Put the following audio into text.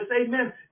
amen